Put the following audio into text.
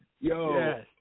yo